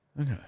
Okay